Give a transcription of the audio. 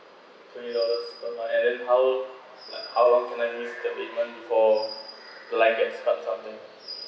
twenty dollars per month and then how long like how long can I miss the payment before line get stop something